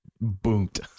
boomed